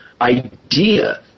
idea